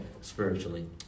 spiritually